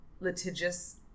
litigious